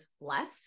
less